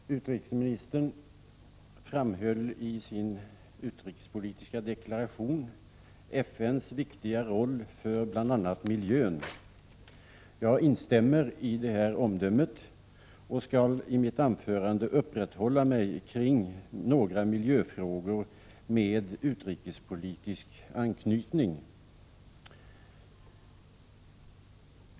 Herr talman! Utrikesministern framhöll i sin utrikespolitiska deklaration FN:s viktiga roll för bl.a. miljön. Jag instämmer i det omdömet och skall i mitt anförande uppehålla mig kring några miljöfrågor med utrikespolitisk anknytning.